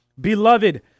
beloved